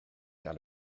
car